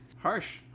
harsh